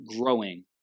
growing